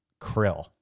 krill